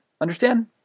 Understand